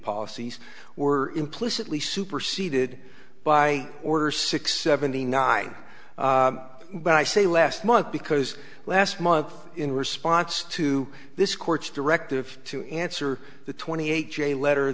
policies were implicitly superceded by order six seventy nine but i say last month because last month in response to this court's directive to answer the twenty eight j letter